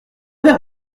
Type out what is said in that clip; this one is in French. verre